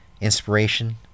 inspiration